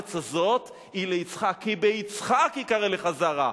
הארץ הזאת היא ליצחק, "כי ביצחק יקרא לך זרע".